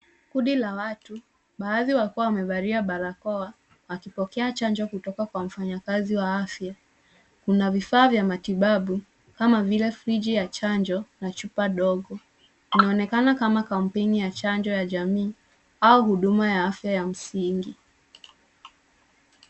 Kundi la watu baadhi wakiwa wamevalia barakoa wakipokea chanjo kutoka kwa mfanyikazi wa afya. Kuna vifaa vya matibabu kama vile friji ya chanjo na chupa dogo. Inaonekana kama kampuni ya chanjo ya jamii au huduma ya afya ya msingi.